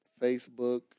Facebook